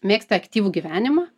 mėgsta aktyvų gyvenimą